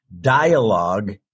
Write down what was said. Dialogue